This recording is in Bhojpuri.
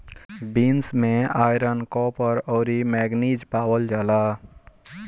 बीन्स में आयरन, कॉपर, अउरी मैगनीज पावल जाला